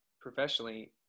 professionally